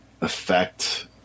affect